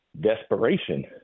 desperation